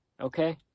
okay